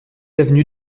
avenue